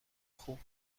خوب